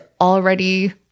already